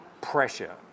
pressure